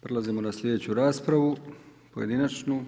Prelazimo na sljedeću raspravu pojedinačnu.